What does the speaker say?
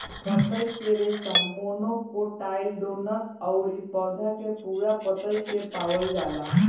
पतई के रेशा मोनोकोटाइलडोनस अउरी पौधा के पूरा पतई में पावल जाला